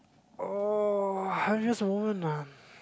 oh this woman ah